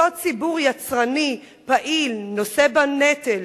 אותו ציבור יצרני, פעיל, נושא בנטל,